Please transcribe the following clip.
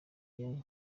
yayo